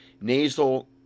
nasal